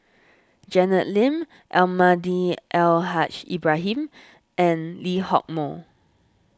Janet Lim Almahdi Al Haj Ibrahim and Lee Hock Moh